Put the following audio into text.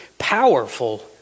powerful